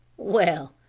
well,